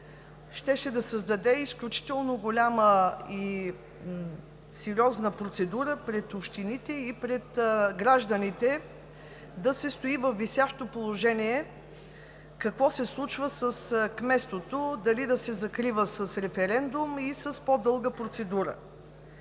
щеше да създаде изключително голяма и сериозна процедура пред общините и пред гражданите да се стои във висящо положение какво се случва с кметството – дали да се закрива с референдум, или с по-дълга процедура.